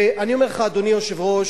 ואני אומר לך, אדוני היושב-ראש,